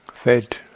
fed